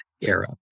era